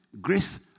Grace